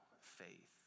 faith